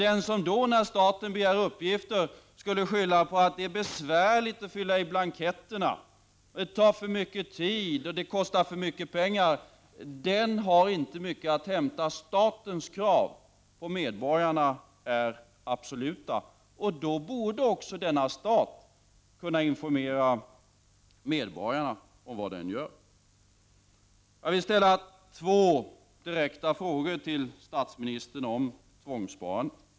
Den som då, när staten begär uppgifter, skyller på att det är besvärligt att fylla i blanketterna, att det tar för mycket tid och att det kostar för mycket pengar har inte mycket att hämta. Statens krav på medborgarna är absoluta. Därför borde denna stat också kunna informera medborgarna om vad den gör. Jag vill ställa två direkta frågor till statsministern om tvångssparandet.